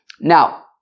Now